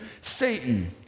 satan